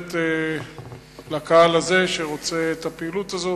מאפשרת לקהל הזה שרוצה את הפעילות הזאת